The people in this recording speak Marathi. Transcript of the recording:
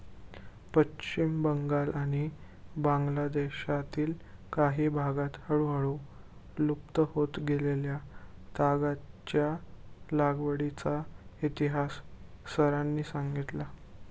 पश्चिम बंगाल आणि बांगलादेशातील काही भागांत हळूहळू लुप्त होत गेलेल्या तागाच्या लागवडीचा इतिहास सरांनी सांगितला